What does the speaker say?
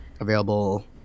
available